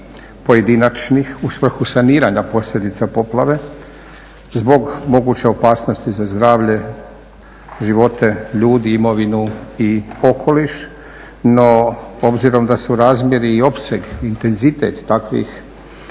pojedinačnih u svrhu saniranja posljedica poplave zbog moguće opasnosti za zdravlje, živote ljudi, imovinu i okoliš. No, obzirom da su razmjeri i opseg, intenzitet takvih